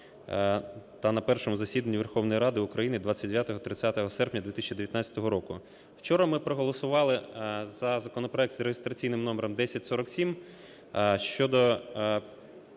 та на першому засіданні Верховної Ради України 29 і 30 серпня 2019 року. Вчора ми проголосували за законопроект з реєстраційним номером 1047 щодо